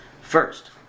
first